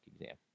exam